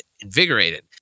invigorated